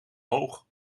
hoog